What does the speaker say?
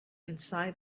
inside